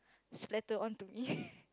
splatter on to me